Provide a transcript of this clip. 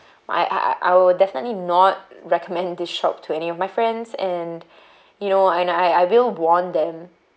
I I I will definitely not recommend this shop to any of my friends and you know and I I will warn them